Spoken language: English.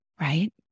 Right